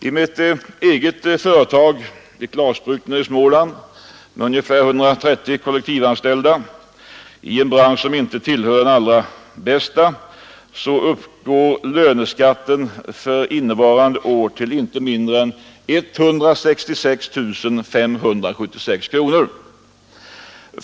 I mitt eget företag — ett glasbruk i Småland med ungefär 130 kollektivanställda — i en bransch som inte tillhör de bästa uppgår löneskatten för innevarande år till inte mindre än 166 576 kronor.